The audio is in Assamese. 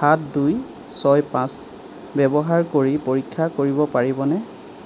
সাত দুই ছয় পাঁচ ব্যৱহাৰ কৰি পৰীক্ষা কৰিব পাৰিবনে